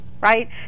Right